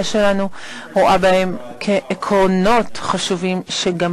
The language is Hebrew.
כפי שנאמר בקהלת: "טובים השנַיִם מן האחד אשר יש להם שכר טוב בעמלם.